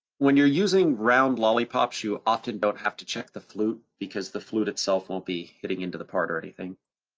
when you're using round lollipops, you often don't have to check the flute because the flute itself won't be hitting into the part or anything.